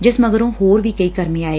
ਜਿਸ ਮਗਰੋ ਹੋਰ ਵੀ ਕਈ ਕਰਮੀ ਆਏ